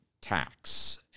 tax